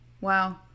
wow